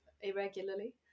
irregularly